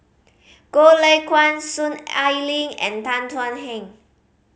Goh Lay Kuan Soon Ai Ling and Tan Thuan Heng